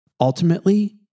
Ultimately